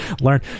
learn